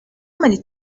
many